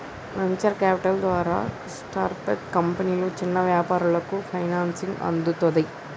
venture capital ద్వారా startup కంపెనీలు, చిన్న వ్యాపారాలకు ఫైనాన్సింగ్ అందుతది